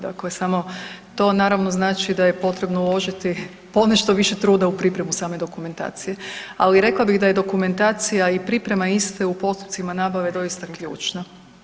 Dakle samo to naravno znači da je potrebno uložiti ponešto više truda u pripremu same dokumentacije, ali rekla bih da je dokumentacija i priprema iste u postupcima nabave doista ključna.